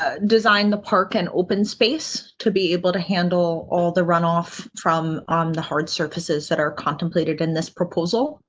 ah design the park and open space to be able to handle all the run off from on the hard surfaces that are contemplated in this proposal.